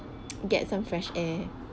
get some fresh air